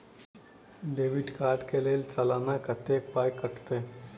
Debit card कऽ लेल सलाना कत्तेक पाई कटतै?